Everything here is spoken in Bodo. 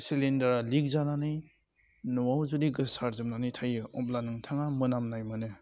सिलिन्डारा लिक जानानै न'वाव जुदि गोसारजोबनानै थायो अब्ला नोंथाङा मोनामनाय मोनो